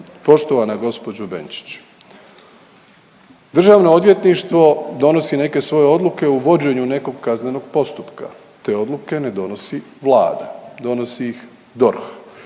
poštovana gospođo Benčić, Državno odvjetništvo donosi neke svoje odluke u vođenju nekog kaznenog postupka, te odluke na donosi Vlada donosi ih DORH.